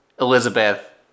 Elizabeth